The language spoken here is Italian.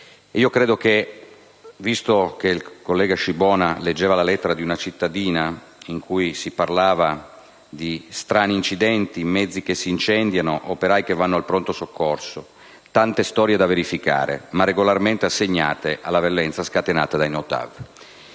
disposizione i filmati. Il collega Scibona leggeva la lettera di una cittadina in cui si parlava di «strani incidenti, mezzi che si incendiano, operai che vanno al pronto soccorso. Tante storie da verificare, ma regolarmente assegnate alla violenza scatenata dai "no